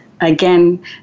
Again